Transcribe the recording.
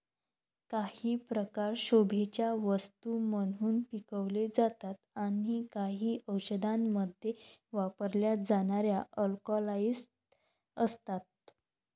काही प्रकार शोभेच्या वस्तू म्हणून पिकवले जातात आणि काही औषधांमध्ये वापरल्या जाणाऱ्या अल्कलॉइड्स असतात